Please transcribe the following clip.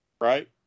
right